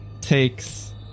takes